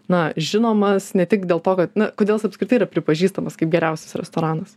na žinomas ne tik dėl to kad na kodėl jis apskritai yra pripažįstamas kaip geriausias restoranas